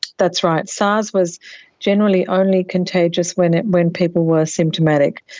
that's right, sars was generally only contagious when when people were symptomatic.